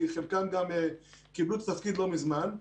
כי חלקם גם קיבלו את התפקיד לא מזמן,